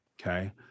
Okay